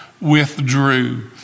withdrew